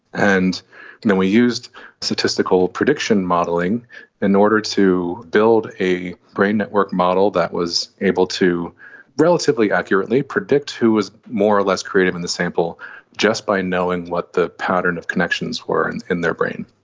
and and then we used statistical prediction modelling in in order to build a brain network model that was able to relatively accurately predict who was more less creative in the sample just by knowing what the pattern of connections were and in their brain.